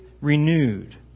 renewed